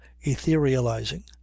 etherealizing